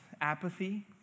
apathy